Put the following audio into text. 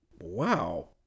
Wow